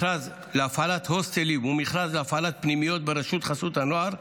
מכרז להפעלת הוסטלים ומכרז להפעלת פנימיות ברשות חסות הנוער.